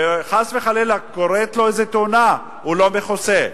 וחס וחלילה קורית לו איזו תאונה, הוא לא מכוסה.